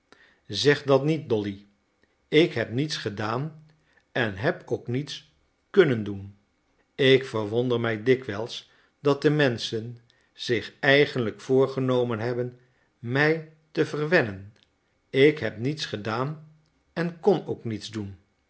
zeg dat niet dolly ik heb niets gedaan en heb ook niets kunnen doen ik verwonder mij dikwijls dat de menschen zich eigenlijk voorgenomen hebben mij te verwennen ik heb niets gedaan en kon ook niets doen